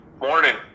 Morning